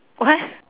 what